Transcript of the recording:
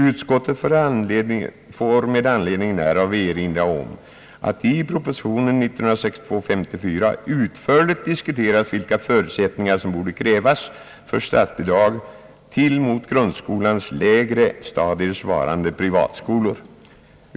Utskottet får med anledning härav erinra om att i propositionen 1962:54 utförligt diskuterats vilka förutsättningar som borde krävas för statsbidrag till mot grundskolans lägre stadier svarande privatskolor.